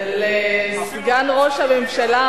להודות לסגן ראש הממשלה.